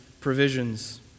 provisions